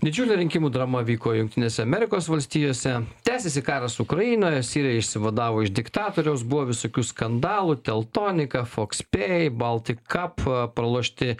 didžiulė rinkimų drama vyko jungtinėse amerikos valstijose tęsėsi karas ukrainoj sirija išsivadavo iš diktatoriaus buvo visokių skandalų teltonika foxpay baltic cup pralošti